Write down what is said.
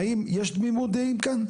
האם יש תמימות דעים כאן?